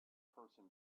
person